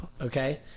Okay